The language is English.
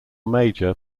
major